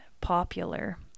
popular